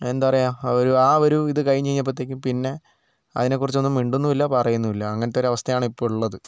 എന്താ പറയുക ഒരു ആ ഒരു ഇത് കഴിഞ്ഞ് കഴിഞ്ഞപ്പോഴത്തേക്കും പിന്നെ അതിനെക്കുറിച്ചൊന്നും മിണ്ടുന്നുമില്ല പറയുന്നുമില്ല അങ്ങനത്തെ ഒരു അവസ്ഥയാണ് ഇപ്പോൾ ഉള്ളത്